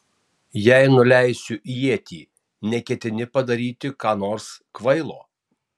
jei nuleisiu ietį neketini padaryti ką nors kvailo